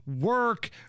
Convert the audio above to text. work